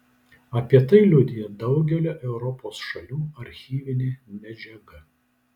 apie tai liudija daugelio europos šalių archyvinė medžiaga